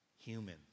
human